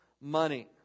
money